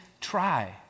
try